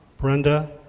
Brenda